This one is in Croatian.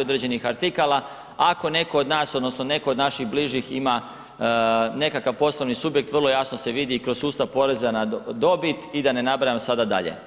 određenih artikala, ako neko od nas odnosno neko od naših bližih ima nekakav poslovni subjekt vrlo jasno se vidi kroz sustava poreza na dobit i da ne nabrajam sada dalje.